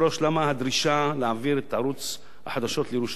למה הדרישה להעביר את ערוץ החדשות לירושלים.